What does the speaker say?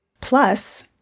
Plus